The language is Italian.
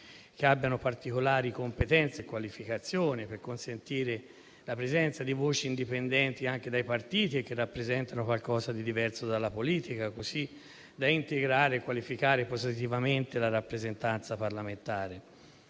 che abbiano particolari competenze e qualificazione e consentire così la presenza di voci indipendenti anche dai partiti, che rappresentano qualcosa di diverso dalla politica, così da integrare e qualificare positivamente la rappresentanza parlamentare.